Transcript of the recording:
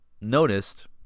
noticed